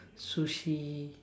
sushi